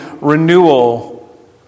renewal